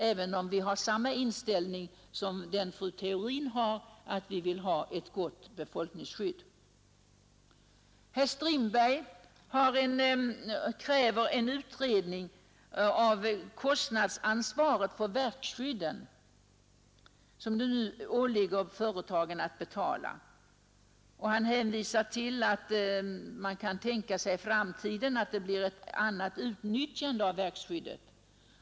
Herr Strindberg begär i motionen 443 en utredning av kostnadsansvaret för verkskyddet, vilket det nu åligger företagarna att betala. Han hänvisar till att man i framtiden kan få ett annat utnyttjande av verkskyddet.